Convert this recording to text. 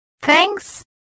Thanks